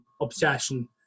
obsession